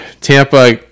Tampa